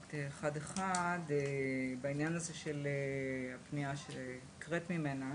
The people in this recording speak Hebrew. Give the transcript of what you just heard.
אחד מהדברים שאמרת: בעניין הפנייה שהקראת ממנה